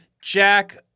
Jack